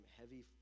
heavy